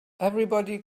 everybody